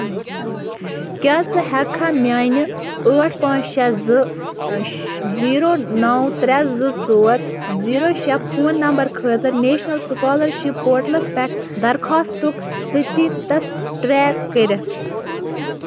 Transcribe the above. کیٛاہ ژٕ ہٮ۪ککھا میٛانہِ ٲٹھ پانٛژھ شےٚ زٕ شہٕ زیٖرو نَو ترٛےٚ زٕ ژور زیٖرو شےٚ فون نمبر خٲطٕر نیشنل سُکالرشِپ پوٹلس پٮ۪ٹھ درخواستُک سٕتیٖتَس ٹرٛیک کٔرِتھ